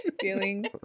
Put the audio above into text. Feeling